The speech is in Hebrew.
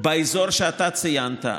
באזור שאתה ציינת,